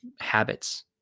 habits